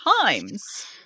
times